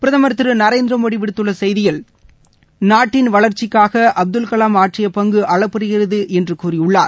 பிரதமர் திரு நரேந்திரமோடி விடுத்துள்ள செய்தியில் நாட்டின் வளர்ச்சிக்காக அப்துல்கலாம் ஆற்றிய பங்கு அளப்பறியது என்று கூறியுள்ளார்